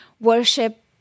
worship